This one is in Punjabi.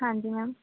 ਹਾਂਜੀ ਮੈਮ